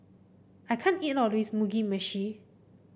I can't eat all of this Mugi Meshi